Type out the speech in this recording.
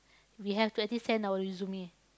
we have to actually send our resume